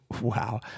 wow